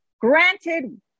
Granted